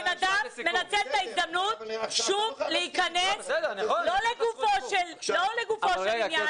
הבן אדם מנצל את ההזדמנות שוב להיכנס לא לגופו של עניין,